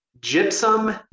gypsum